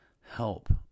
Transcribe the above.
help